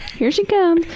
here she comes!